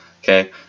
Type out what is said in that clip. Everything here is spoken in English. okay